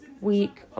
week